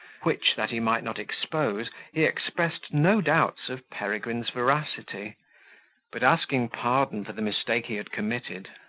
which, that he might not expose, he expressed no doubts of peregrine's veracity but, asking pardon for the mistake he had committed,